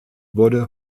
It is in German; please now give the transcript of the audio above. wurde